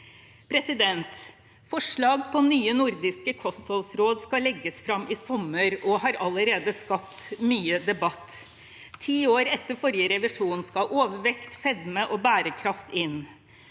arbeidsmarked. Forslag om nye nordiske kostholdsråd skal legges fram i sommer og har allerede skapt mye debatt. Ti år etter forrige revisjon skal overvekt, fedme og bærekraft inn.